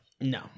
No